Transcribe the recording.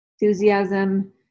enthusiasm